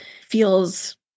feels